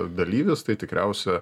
dalyvis tai tikriausia